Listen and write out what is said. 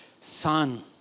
Son